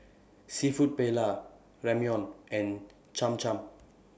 Seafood Paella Ramyeon and Cham Cham